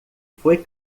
foi